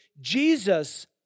Jesus